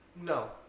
No